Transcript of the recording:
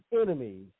enemies